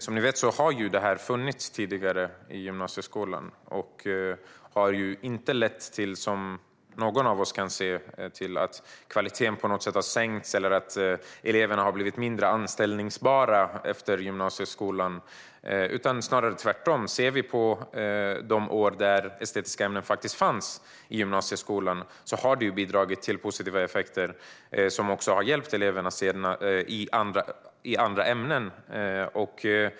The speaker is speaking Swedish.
Som ni vet har de funnits tidigare i gymnasieskolan, och det har inte lett till att kvaliteten på något sätt har sänkts eller till att eleverna har blivit mindre anställbara efter gymnasieskolan, snarare tvärtom. Vi kan se på de år då estetiska ämnen fanns i gymnasieskolan. De bidrog med positiva effekter, som också har hjälpt eleverna i andra ämnen.